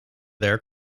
their